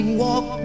walk